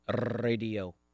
Radio